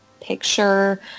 picture